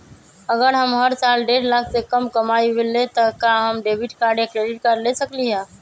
अगर हम हर साल डेढ़ लाख से कम कमावईले त का हम डेबिट कार्ड या क्रेडिट कार्ड ले सकली ह?